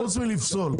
חוץ מלפסול,